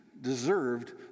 deserved